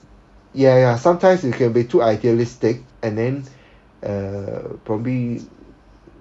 ya ya sometimes it can be too idealistic and then err probably